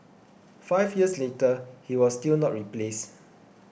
five years later he was still not replaced